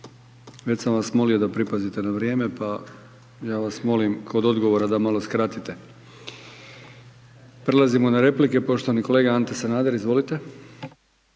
već sam vas molio da pripazite na vrijeme, pa ja vas molim kod odgovora da malo skratite. Prelazimo na replike, poštovani kolega Ante Sanader, izvolite.